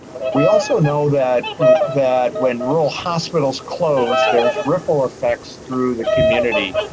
we also know that that when rural hospitals close, there's ripple effects through the community.